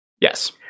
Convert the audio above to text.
yes